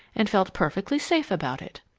and felt perfectly safe about it.